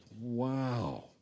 Wow